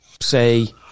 say